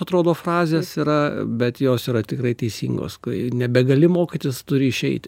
atrodo fazės yra bet jos yra tikrai teisingos kai nebegali mokytis turi išeiti